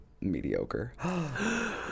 mediocre